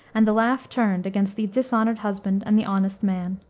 and the laugh turned against the dishonored husband and the honest man.